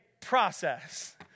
process